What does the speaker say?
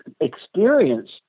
experience